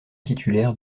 titulaire